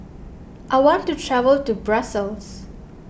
I want to travel to Brussels